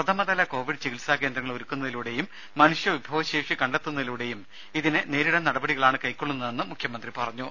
പ്രഥമതല covid ചികിത്സാ കേന്ദ്രങ്ങൾ ഒരുക്കുന്നതിലൂടെയും മനുഷ്യവിഭവശേഷി കണ്ടെത്തുന്നതിലൂടെയും ഇതിനെ നേരിടാൻ നടപടികളാണ് കൈക്കൊള്ളുന്നതെന്നും മുഖ്യമന്ത്രി പറഞ്ഞു